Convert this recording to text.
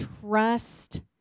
trust